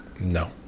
No